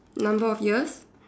number of years